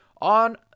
on